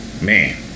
Man